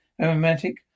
Aromatic